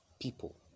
people